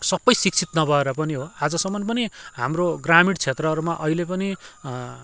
सबै शिक्षित नभएर पनि हो आजसम्म पनि हाम्रो ग्रामीण क्षेत्रहरूमा अहिले पनि